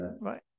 right